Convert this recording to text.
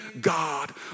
God